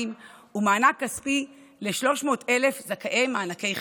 ומענק כספי ל-300,000 זכאי מענקי חירום.